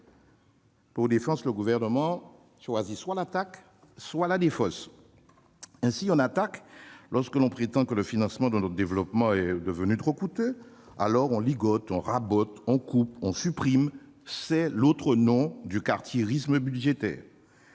Pour défense, le ministère choisit soit l'attaque, soit la défausse. Ainsi, on attaque lorsque l'on prétend que le financement de notre développement est devenu trop coûteux. Alors, on ligote, on rabote, on coupe, on supprime ... C'est l'autre nom du cartiérisme budgétaire.